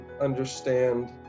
understand